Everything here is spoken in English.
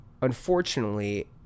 unfortunately